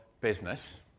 business